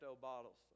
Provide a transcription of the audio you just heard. bottles